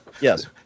yes